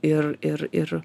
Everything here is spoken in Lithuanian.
ir ir ir